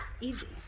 easy